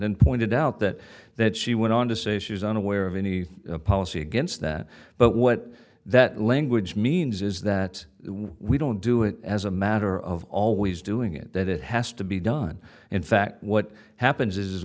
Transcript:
and pointed out that that she went on to say she was unaware of any policy against that but what that language means is that we don't do it as a matter of always doing it that it has to be done in fact what happens is